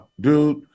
dude